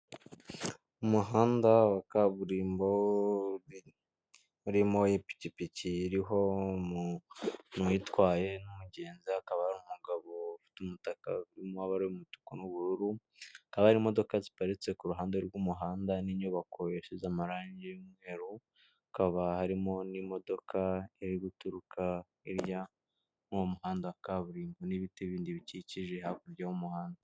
umuhanda wa kaburimbo urimo ipikipiki iriho umuntu uyitwaye n'umugenzi, hakaba hari umugabo ufite umutaka urimo amababara y'umutuku n'ubururu hakaba hari imodoka ziparitse ku ruhande, rw'umuhanda n'inyubako isize amarangi y'umweru, hakaba harimo n'imodoka iri guturuka hirya muri uwo muhanda wa kaburimbo n'ibiti bindi bikikije hakurya y'umuhanda.